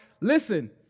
listen